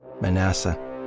Manasseh